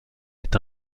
est